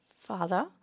father